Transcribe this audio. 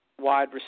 wide